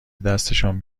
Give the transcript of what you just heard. دستشان